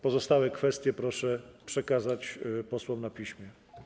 Pozostałe kwestie proszę przekazać posłom na piśmie.